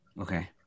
okay